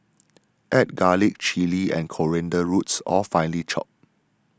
add garlic chilli and coriander roots all finely chopped